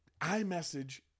iMessage